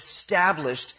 established